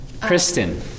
Kristen